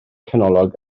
canolog